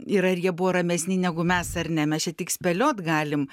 yra ar jie buvo ramesni negu mes ar ne mes čia tik spėliot galim